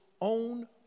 own